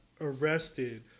arrested